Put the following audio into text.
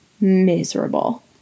miserable